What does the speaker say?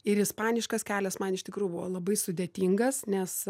ir ispaniškas kelias man iš tikrųjų buvo labai sudėtingas nes